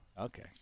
Okay